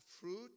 fruit